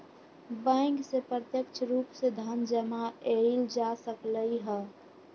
bank से प्रत्यक्ष रूप से धन जमा एइल जा सकलई ह